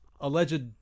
alleged